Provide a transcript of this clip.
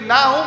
Now